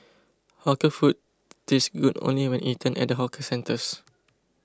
hawker food tastes good only when eaten at the hawker centres